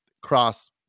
cross